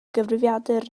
gyfrifiadur